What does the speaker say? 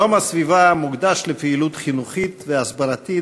יום הסביבה מוקדש לפעילות חינוכית והסברתית